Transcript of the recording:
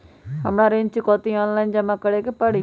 हमरा ऋण चुकौती ऑनलाइन जमा करे के परी?